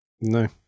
No